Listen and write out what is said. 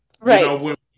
Right